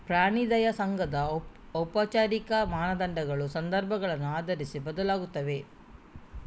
ಪ್ರಾಣಿ ದಯಾ ಸಂಘದ ಔಪಚಾರಿಕ ಮಾನದಂಡಗಳು ಸಂದರ್ಭಗಳನ್ನು ಆಧರಿಸಿ ಬದಲಾಗುತ್ತವೆ